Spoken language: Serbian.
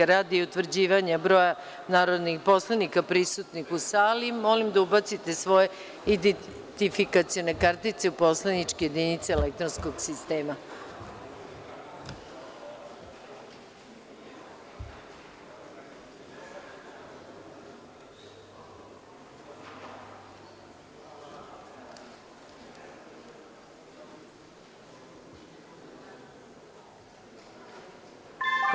Radi utvrđivanja broja narodnih poslanika prisutnih u sali, molim narodne poslanike da ubace svoje identifikacione kartice u poslaničke jedinice elektronskog sistema za glasanje.